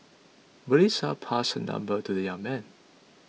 Melissa passed her number to the young man